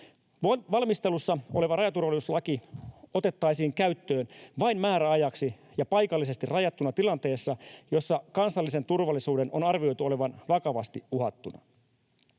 Valmistelussa oleva rajaturvallisuuslaki otettaisiin käyttöön vain määräajaksi ja paikallisesti rajattuna tilanteessa, jossa kansallisen turvallisuuden on arvioitu olevan vakavasti uhattuna.